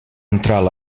entrar